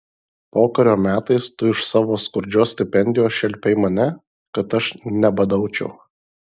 pokario metais tu iš savo skurdžios stipendijos šelpei mane kad aš nebadaučiau